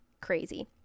crazy